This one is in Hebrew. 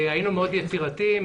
היינו מאוד יצירתיים.